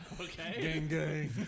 Okay